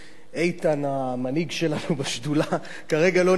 איתן המנהיג שלנו בשדולה כרגע לא נמצא,